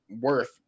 worth